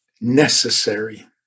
necessary